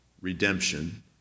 redemption